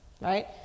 Right